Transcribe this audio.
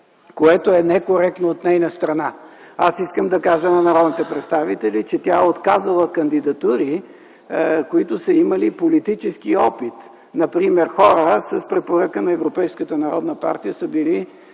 което е некоректно от нейна страна. Аз искам да кажа на народните представители, че тя е отказала кандидатури, които са имали политически опит. Например хора с препоръка на Европейската народна партия са били